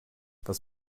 was